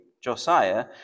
Josiah